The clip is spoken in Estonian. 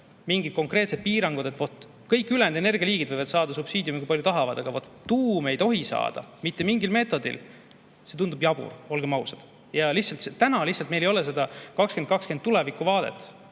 mingid konkreetsed piirangud, et vot kõik ülejäänud energialiigid võivad saada subsiidiume, kui palju tahavad, aga tuum ei tohi saada mitte mingil meetodil – see tundub jabur, olgem ausad. Täna lihtsalt meil ei ole seda "20/20 tulevikuvaadet",